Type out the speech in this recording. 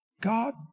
God